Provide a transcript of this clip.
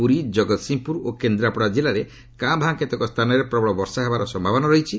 ପୁରୀ ଜଗତ୍ସିଂହପୁର ଓ କେନ୍ଦ୍ରାପଡ଼ା କିଲ୍ଲାରେ କାଁ ଭାଁ କେତେକ ସ୍ଥାନରେ ପ୍ରବଳ ବର୍ଷା ହେବାର ସମ୍ଭାବନା ରହିଛି